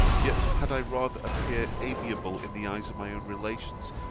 yet had i rather appear amiable in the eyes of my own relations,